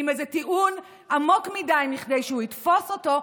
עם איזה טיעון עמוק מכדי שהוא יתפוס אותו,